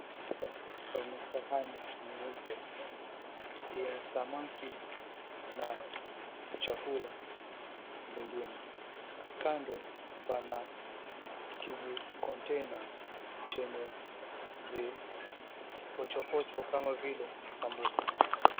Hapa pana sahani nyeupe yenye samaki na chakula nyingine, kando pana kijikontena chenye vipochopocho kama vile sambusa.